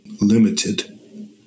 limited